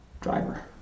driver